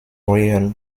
rail